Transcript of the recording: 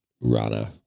runner